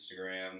Instagram